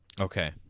Okay